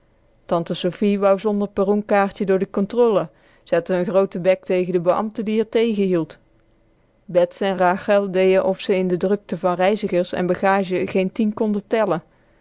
tante sofie wou zonder perronkaartje door de kontrolle zette n grooten bek tegen den beambte die r tegenhield bets en rachel deeën of ze in de drukte van reizigers en bagage geen tien konden tellen